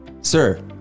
sir